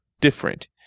different